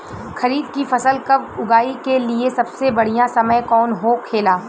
खरीफ की फसल कब उगाई के लिए सबसे बढ़ियां समय कौन हो खेला?